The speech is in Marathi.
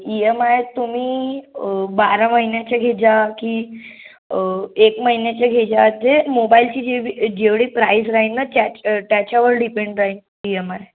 ई एम आय तुम्ही बारा महिन्याचे घेजा की एक महिन्याचे घेजा ते मोबाईलची जेवढी प्राईस राहीन ना त्या त्याच्यावर डिपेंड राहीन ई एम आय